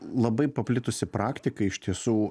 labai paplitusi praktika iš tiesų